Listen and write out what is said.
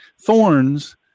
thorns